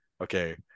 Okay